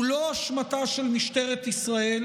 הוא לא אשמתה של משטרת ישראל,